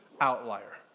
outlier